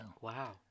Wow